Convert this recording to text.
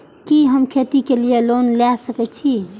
कि हम खेती के लिऐ लोन ले सके छी?